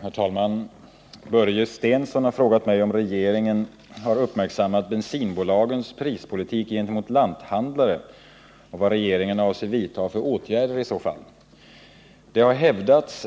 Herr talman! Börje Stensson har frågat mig om regeringen har uppmärksammat bensinbolagens prispolitik gentemot lanthandlare och vad regeringen avser att vidtaga för åtgärder i så fall. Det har hävdats